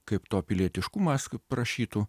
kaip to pilietiškumas prašytų